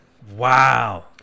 Wow